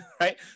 right